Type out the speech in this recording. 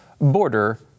border